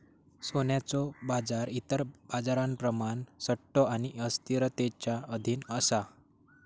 सोन्याचो बाजार इतर बाजारांप्रमाण सट्टो आणि अस्थिरतेच्या अधीन असा